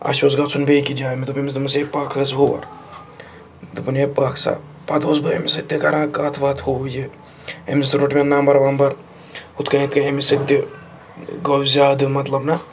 اَسہِ اوس گژھُن بیٚیہِ کہِ جایہِ مےٚ دوٚپ أمِس دوٚپمَس ہے پَکھ حظ ہور دوٚپُن یے پَکھ سا پَتہٕ اوسُس بہٕ أمِس سۭتۍ تہِ کَران کَتھ وَتھ ہُہ یہِ أمِس روٚٹ مےٚ نَمبَر وَمبَر ہُتھ کٔنۍ یِتھ کٔنۍ أمِس سۭتۍ تہِ گوٚو زیادٕ مطلب نہ